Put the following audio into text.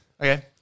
Okay